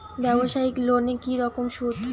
ব্যবসায়িক লোনে কি রকম সুদ?